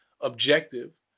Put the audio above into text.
objective